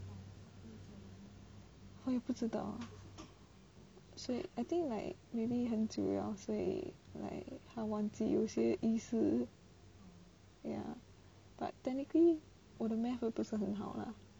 我也不知道 so I think like maybe 很久了所以 like 他忘记有些意思 but technically 我的 math 都不是很好 lah